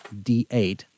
D8